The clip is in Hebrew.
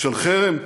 של חרם,